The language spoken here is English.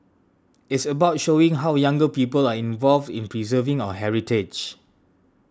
it's about showing how younger people are involved in preserving our heritage